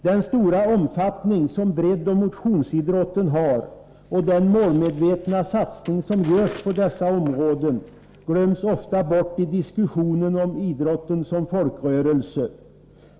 Den stora omfattning som breddoch motionsidrotten har och den målmedvetna satsning som görs på dessa områden glöms ofta bort i diskussionen om idrotten som folkrörelse.